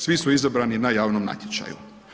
Svi su izabrani na javnom natječaju.